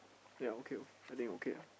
ya okay okay I think okay ah